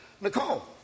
Nicole